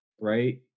right